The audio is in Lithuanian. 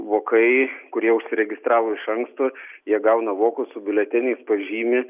vokai kurie užsiregistravo iš anksto jie gauna vokus su biuleteniais pažymi